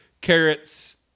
carrots